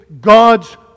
God's